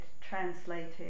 translated